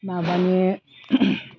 माबानि